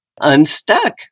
Unstuck